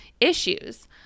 issues